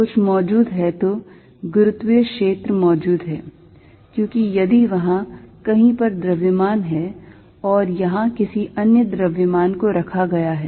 इसलिए कुछ मौजूद है तो गुरुत्वीय क्षेत्र मौजूद है क्योंकि यदि वहां कहीं पर द्रव्यमान है और यहां किसी अन्य द्रव्यमान को रखा गया है